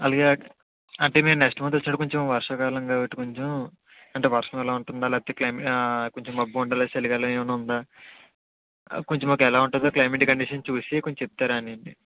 అదీ అంటే మేము నెక్స్ట్ మంత్ వచ్చేటప్పుడు వర్షా కాలం కాబట్టి కొంచం అంటే వర్షం ఎలా ఉంటుందో లేకపోతే క్లయిమే కొంచం మబ్బుగా ఉంటుందా లేదా చలి గాలి ఏమన్నా ఉందా కొంచం మాకు ఎలా ఉంటదో క్లైమాటిక్ కండీషన్స్ చూసి కొంచం చెప్తారా అనేసి